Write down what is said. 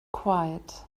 quiet